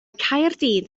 caerdydd